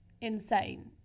insane